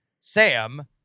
Sam